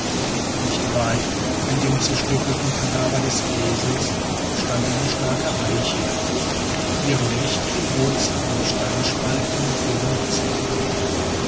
nicht weit von dem zerstückelten kadaver des esels stand eine starke eiche die ihre mächtigen wurzeln in die steinspalten und fugen gezwängt hatte